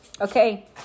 Okay